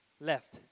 Left